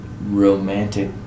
romantic